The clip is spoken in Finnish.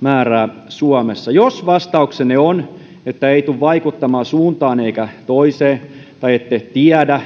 määrää suomessa jos vastauksenne on että ei tule vaikuttamaan suuntaan eikä toiseen tai ette tiedä